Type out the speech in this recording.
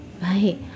Right